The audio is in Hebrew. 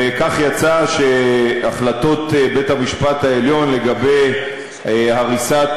וכך יצא שהחלטות בית-המשפט העליון לגבי הריסת